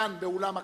כאן, באולם הכנסת,